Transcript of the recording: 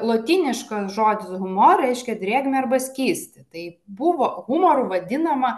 lotyniškas žodis humor reiškia drėgmę arba skystį tai buvo humor vadinama